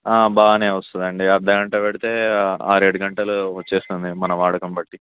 బానే వస్తదండీ అర్ధ గంట పెడితే ఆరేడు గంటలు వచ్చేస్తుంది మన వాడకం బట్టి